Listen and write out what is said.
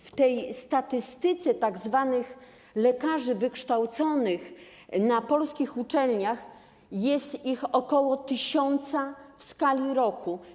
W tej statystyce tzw. lekarzy wykształconych na polskich uczelniach jest ich ok. 1 tys. w skali roku.